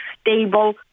stable